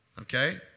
Okay